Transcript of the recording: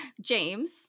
james